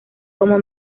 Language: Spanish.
como